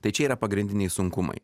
tai čia yra pagrindiniai sunkumai